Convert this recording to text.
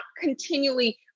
continually